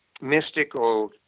mystical